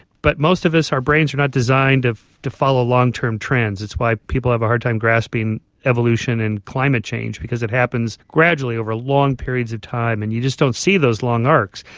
but most of us, our brains are not designed to follow long-term trends, it's why people have a hard time grasping evolution and climate change because it happens gradually over long periods of time and you just don't see those long arcs.